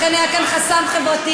אכן היה כאן חסם חברתי,